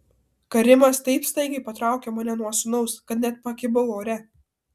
karimas taip staigiai patraukė mane nuo sūnaus kad net pakibau ore